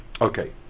Okay